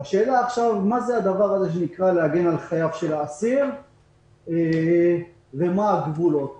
השאלה עכשיו היא מה זה להגן על חייו של האסיר ומה הגבולות,